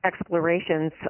Explorations